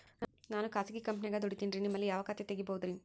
ನಾನು ಖಾಸಗಿ ಕಂಪನ್ಯಾಗ ದುಡಿತೇನ್ರಿ, ನಿಮ್ಮಲ್ಲಿ ಯಾವ ಖಾತೆ ತೆಗಿಬಹುದ್ರಿ?